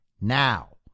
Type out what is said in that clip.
now